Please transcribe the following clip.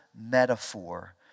metaphor